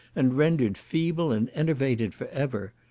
and rendered feeble and enervated for ever.